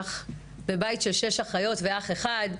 אך בבית של שש אחיות ואח אחד,